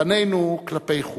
פנינו כלפי חוץ.